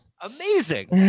Amazing